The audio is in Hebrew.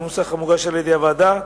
בנוסח המוגש על-ידי הוועדה.